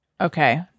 Okay